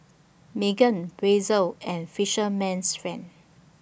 Megan Razer and Fisherman's Friend